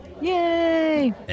Yay